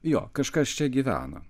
jo kažkas čia gyveno